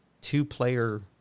two-player